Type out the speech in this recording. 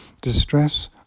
Distress